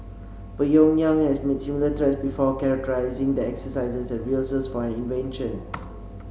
Pyongyang has made similar threats before characterising the exercises as rehearsals for an invasion